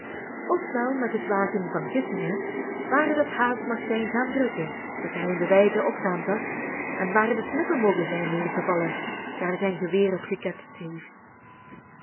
wel met het wagen van gissingen waar dat haas mag zijn gaan drukken dat hij in de wijdte opgaan zag en waar de snippen mogen zijn neergevallen daar zijn geweer op geketst heeft